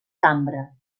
cambra